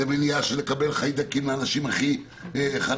זאת מניעה של קבלת חיידקים אצל האנשים הכי חלשים.